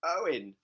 Owen